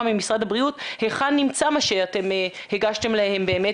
ממשרד הבריאות היכן נמצא מה שהגשתם להם באמת